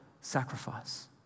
sacrifice